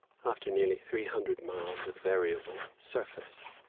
after nearly three hundred miles of variable surface.